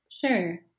Sure